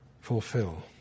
fulfill